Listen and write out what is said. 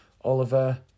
Oliver